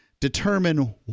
determine